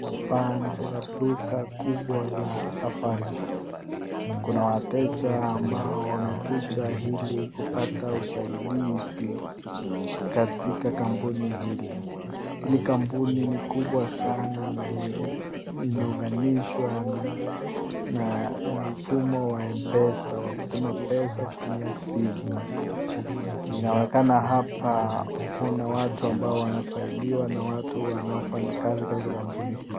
Hapa ni katika duka kubwa la Safaricom. Kuna wateja ambao wamekuja ili kupata usaidizi katika kampuni hili. Hili kampuni ni kubwa sana na limeunganishwa na mfumo wa Mpesa wa kutuma pesa kutumia simu. Inaonekana hapa kuna watu ambao wanasaidiwa na watu wanaofanya kazi katika kampuni hili.